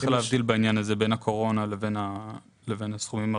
צריכים- -- צריכים להבחין בעניין הזה בין הקורונה לסכומים הרגילים.